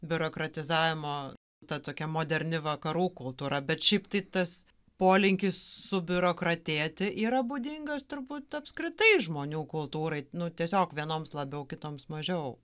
biurokratizavimo ta tokia moderni vakarų kultūra bet šiaip tai tas polinkis subiurokratėti yra būdingas turbūt apskritai žmonių kultūrai tiesiog vienoms labiau kitoms mažiau